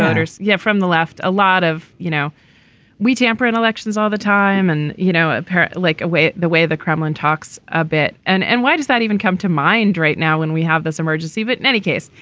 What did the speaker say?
but so yeah. from the left a lot of you know we tamper in elections all the time and you know ah like the way the kremlin talks a bit. and and why does that even come to mind right now when we have this emergency but in any case.